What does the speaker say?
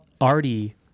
Artie